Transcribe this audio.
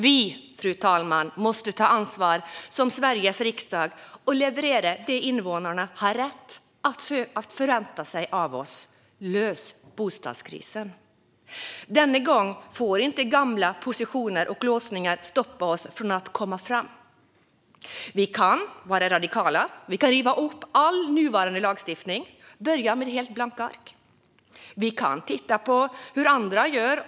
Vi i Sveriges riksdag, fru talman, måste ta ansvar och leverera det som invånarna har rätt att förvänta sig av oss, det vill säga att vi löser bostadskrisen. Denna gång får inte gamla positioner och låsningar stoppa oss från att komma fram. Vi kan vara radikala. Vi kan riva upp all nuvarande lagstiftning, börja med ett helt blankt ark. Vi kan titta på hur andra gör.